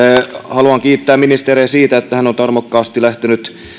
haluan kiittää ministeriä siitä että hän on tarmokkaasti lähtenyt